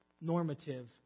normative